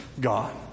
God